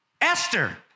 Esther